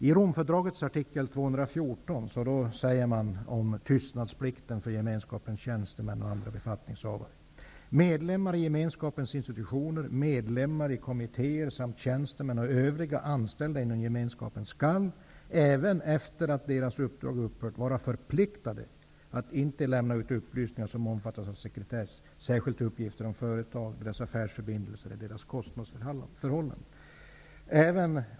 I Romfördragets artikel 214 sägs om tystnadsplikten för Gemenskapens tjänstemän och andra befattningshavare: Medlemmar i Gemenskapens institutioner, medlemmar i kommittéer samt tjänstemän och övriga anställda inom Gemenskapen skall även efter det att deras uppdrag upphört vara förpliktade att inte lämna ut upplysningar som omfattas av sekretess, särskilt uppgifter om företag, deras affärsförbindelser och deras kostnadsförhållanden.